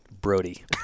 Brody